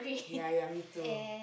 ya ya me too